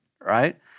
right